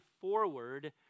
forward